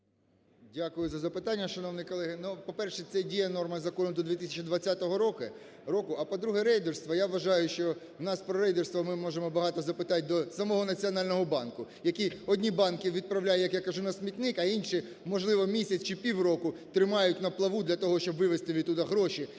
Дякую за запитання. Шановні колеги, ну, по-перше, це діє норма закону до 2020 року. А, по-друге, рейдерство, я вважаю, що в нас про рейдерство ми можемо… багато запитань до самого Національного банку, який одні банки відправляє, як я кажу, на смітник, а інші, можливо, місяць чи півроку тримають на плаву, для того щоб вивести звідти гроші